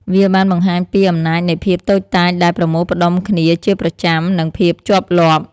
វាបានបង្ហាញពី អំណាចនៃភាពតូចតាចដែលប្រមូលផ្ដុំគ្នាជាប្រចាំ និងភាពជាប់លាប់។